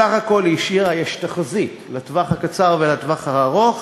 יש תחזית לטווח הקצר ולטווח הארוך